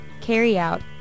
carry-out